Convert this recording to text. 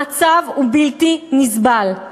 המצב הוא בלתי נסבל.